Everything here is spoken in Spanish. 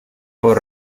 por